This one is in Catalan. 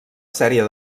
sèrie